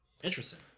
interesting